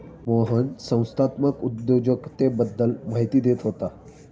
मोहन संस्थात्मक उद्योजकतेबद्दल माहिती देत होता